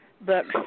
books